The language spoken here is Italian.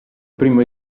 primo